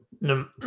No